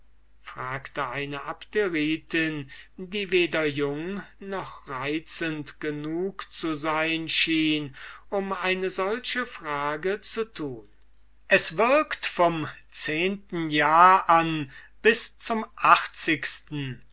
fragte eine abderitin die weder jung noch reizend genug zu sein schien um eine solche frage zu tun es würkt vom zehnten jahre an bis zum achtzigsten